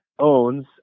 owns